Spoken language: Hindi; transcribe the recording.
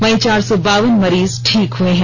वहीं चार सौ बावन मरीज ठीक हुए हैं